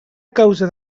causa